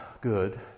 good